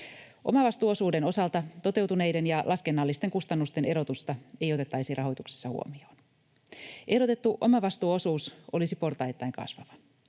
Omavastuuosuuden osalta toteutuneiden ja laskennallisten kustannusten erotusta ei otettaisi rahoituksessa huomioon. Ehdotettu omavastuuosuus olisi portaittain kasvava.